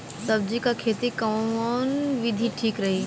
सब्जी क खेती कऊन विधि ठीक रही?